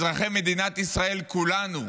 אזרחי מדינת ישראל כולנו,